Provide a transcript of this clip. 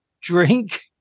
drink